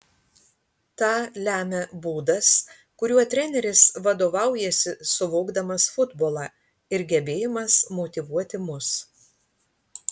tą lemia būdas kuriuo treneris vadovaujasi suvokdamas futbolą ir gebėjimas motyvuoti mus